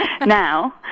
Now